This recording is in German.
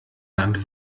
land